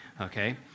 Okay